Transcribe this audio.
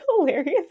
hilarious